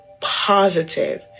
positive